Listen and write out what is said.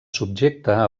subjecta